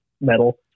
metal